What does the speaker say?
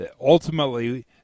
Ultimately